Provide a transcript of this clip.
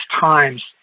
times